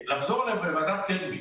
לחזור לוועדת קדמי.